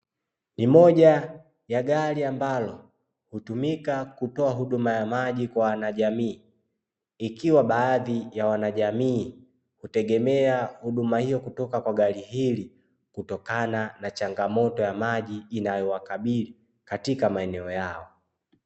Ni moja ya gari ambalo hutumika kutoa huduma ya maji kwa wanajamii, ikiwa baadhi ya wanajamii hutegemea huduma hiyo kutoka kwa gari hili, kutokana na changamoto ya maji inayowakabili katika maeneo yao.